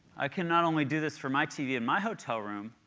i can not only do this for my tv in my hotel room,